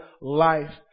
life